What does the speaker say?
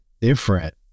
different